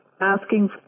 asking